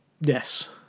Yes